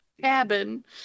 cabin